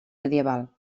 medieval